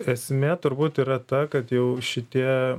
esmė turbūt yra ta kad jau šitie